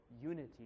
unity